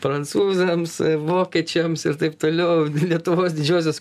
prancūzams vokiečiams ir taip toliau lietuvos didžiosios